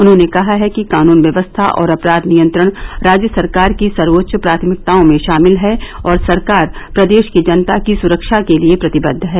उन्होंने कहा है कि कानून व्यवस्था और अपराध नियंत्रण राज्य सरकार की सर्वोच्च प्राथमिकताओं में शामिल है और सरकार प्रदेश की जनता के सुरक्षा के लिये प्रतिबद्व है